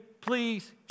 Please